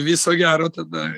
viso gero tada